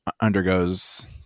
undergoes